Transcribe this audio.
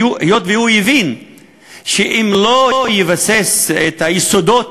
היות שהוא הבין שאם הוא לא יבסס את היסודות